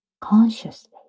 consciously